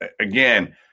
again